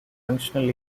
functional